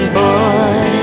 boy